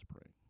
pray